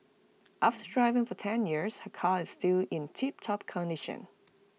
after driving for ten years her car is still in tiptop condition